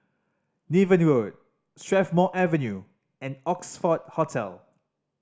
Niven Road Strathmore Avenue and Oxford Hotel